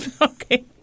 Okay